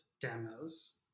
demos